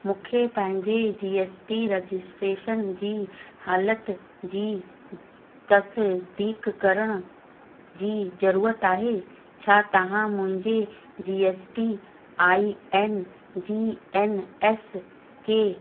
मूंखे पंहिंजे G S T registration जी हालति जी तसिदीक करण जी ज़रूरत आहे छा तव्हां मुंहिंजे G S T I N जी एन एस के